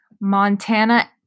Montana